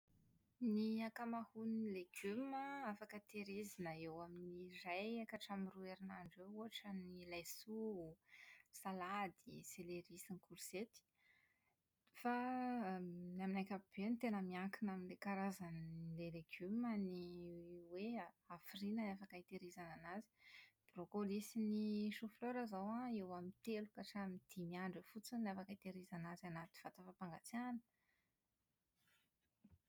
Ny ankamaroan'ny legioma an, afaka tehirizina eo amin'ny iray ka hatramin'ny roa herinandro eo, ohatra ny laisoa, ny salady, celeri sy ny korzety. Fa > amin'ny ankapobeny tena miankina amin'ilay karazan'ilay legioma ny hoe ha- hafiriana ny afaka hitahirizana azy. Ny brocoli sy ny choux-fleur izao an eo amin'ny telo ka hatramin'ny dimy andro eo fotsiny no afaka hitahirizana azy anaty vata fampangatsiahana.